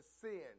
sin